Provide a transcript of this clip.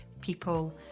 people